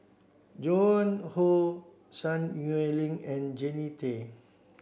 Joan Hon Sun Xueling and Jannie Tay